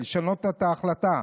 ולשנות את ההחלטה.